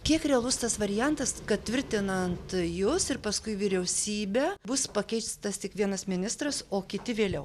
kiek realus tas variantas kad tvirtinant jus ir paskui vyriausybę bus pakeistas tik vienas ministras o kiti vėliau